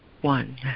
one